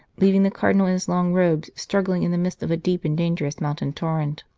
leaving the cardinal in his long robes struggling in the midst of a deep and dangerous mountain torrent.